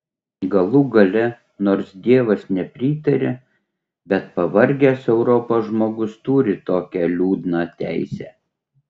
galų gale nors dievas nepritaria bet pavargęs europos žmogus turi tokią liūdną teisę